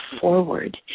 forward